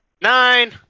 Nine